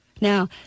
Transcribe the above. Now